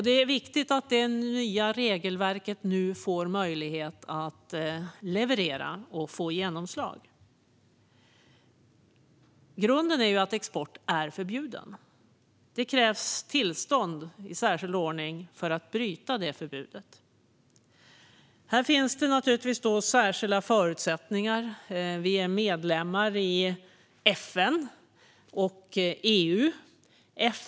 Det är viktigt att det nya regelverket nu får möjlighet att leverera och få genomslag. Grunden är ju att export är förbjuden. Det krävs tillstånd i särskild ordning för att bryta det förbudet. Här finns det naturligtvis särskilda förutsättningar. Vi är medlemmar i FN och EU.